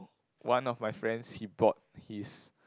one of my friends he brought his